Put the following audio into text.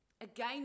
Again